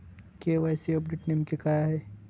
KYC update नेमके काय आहे?